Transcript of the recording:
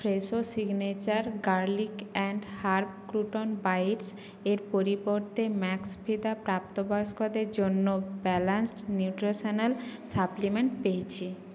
Fresho signature garlic and herb crouton bites এর পরিবর্তে Maxveda প্রাপ্তবয়স্কদের জন্য ব্যালান্সড নিউট্রিশনাল সাপ্লিমেন্ট পেয়েছি